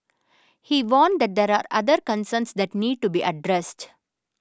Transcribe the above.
he warned that there are other concerns that need to be addressed